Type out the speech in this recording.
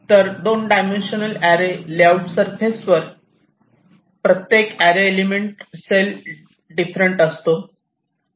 तर 2 dimensional array layout surface वर प्रत्येक अॅरे एलिमेंट सेल डिफरंट करत असतो